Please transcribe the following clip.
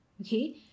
okay